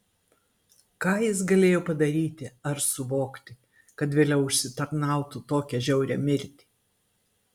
ką jis galėjo padaryti ar suvokti kad vėliau užsitarnautų tokią žiaurią mirtį